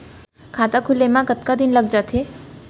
खाता खुले में कतका दिन लग जथे?